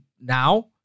now